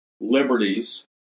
liberties